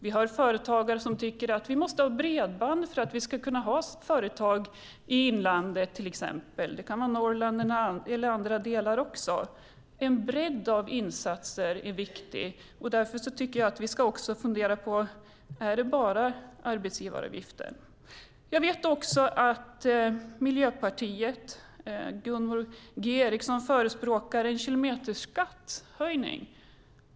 Vi hör företagare som säger att de måste ha bredband för att kunna ha företag i inlandet, till exempel. Det kan vara i Norrland eller andra delar av Sverige. En bredd på insatserna är viktigt. Vi måste därför fundera på om det bara handlar om arbetsgivaravgifter. Miljöpartiet och Gunvor G Ericson förespråkar en kilometerskattehöjning.